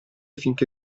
finché